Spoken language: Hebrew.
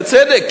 בצדק,